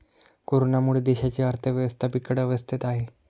कोरोनामुळे देशाची अर्थव्यवस्था बिकट अवस्थेत आहे